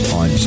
on